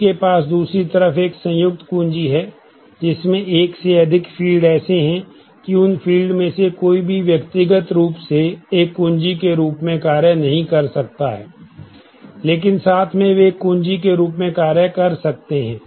उनके पास दूसरी तरफ एक संयुक्त कुंजी है जिसमें एक से अधिक फील्ड ऐसे हैं कि उन फील्ड में से कोई भी व्यक्तिगत रूप से एक कुंजी के रूप में कार्य नहीं कर सकता है लेकिन साथ में वे एक कुंजी के रूप में कार्य कर सकते हैं